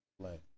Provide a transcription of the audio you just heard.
play